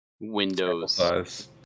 windows